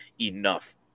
Enough